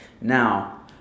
Now